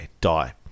die